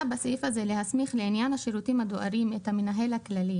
בסעיף הזה להסמיך לעניין השירותים הדואריים את המנהל הכללי